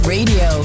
Radio